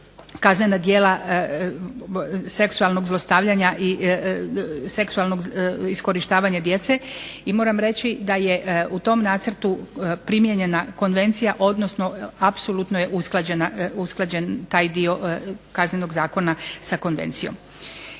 kaznena djela seksualnog zlostavljanja i seksualnog iskorištavanja djece. I moram reći da je u tom nacrtu primijenjena konvencija, odnosno apsolutno je usklađen taj dio Kaznenog zakona sa konvencijom.